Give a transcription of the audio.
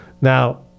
Now